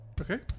Okay